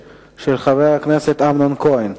החברה משתתפת במכרז בין-לאומי בהיקף של